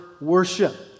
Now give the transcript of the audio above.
worship